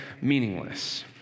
meaningless